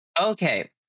Okay